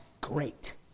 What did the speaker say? great